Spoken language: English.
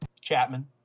Chapman